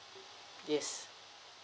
mmhmm yes